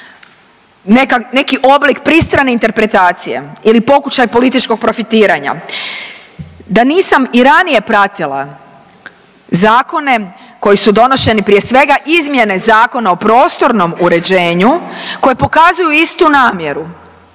neki oblik pristrane interpretacije ili pokušaj političkog profitiranja. Da nisam i ranije pratila zakone koji su donošeni prije svega izmjene Zakona o prostornom uređenju koje pokazuju istu namjeru,